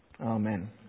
Amen